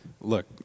look